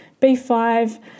B5